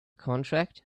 contract